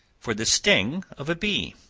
for the sting of a bee.